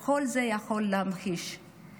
כל זה יכול להמחיש את זה.